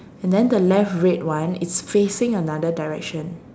and then the left red one is facing another direction